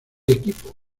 equipo